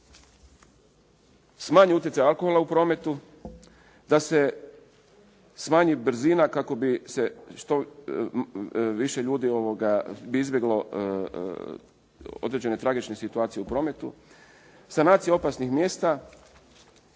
dakle smanji utjecaj alkohola u prometu, da se smanji brzina kako bi se što više ljudi bi izbjeglo određene tragične situacije u prometu, sanacije opasnih mjesta